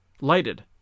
lighted